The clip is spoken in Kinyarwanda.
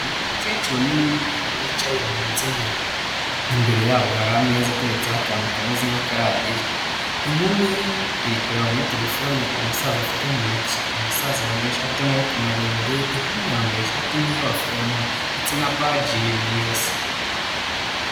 Ni umukecuru n'inkumi bicaye mu nzu imwe, imbere yabo hari ameza ateretseho akantu kameze nk'akaradiyo, inkumi iri kureba muri telefone uwo musaza afite mu ntoki, uyu musaza yambaye ishate y'amaboko maremare, inkumi yambaye ishati nk'iy'abaforomo ndetse na baji mu ijosi.